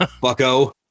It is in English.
bucko